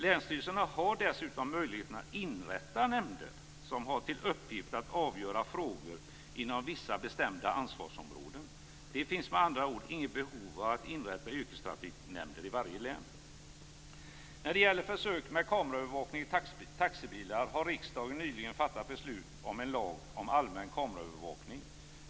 Länsstyrelserna har dessutom möjligheten att inrätta nämnder som har till uppgift att avgöra frågor inom vissa bestämda ansvarsområden. Det finns med andra ord inget behov av att inrätta yrkestrafiknämnder i varje län. När det gäller försök med kameraövervakning i taxibilar vill jag påminna om att riksdagen nyligen har fattat beslut om en lag om allmän kameraövervakning.